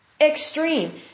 Extreme